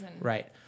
Right